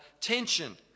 tension